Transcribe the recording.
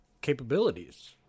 capabilities